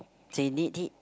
they need it